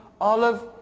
olive